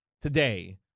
today